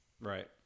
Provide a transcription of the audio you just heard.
Right